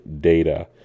data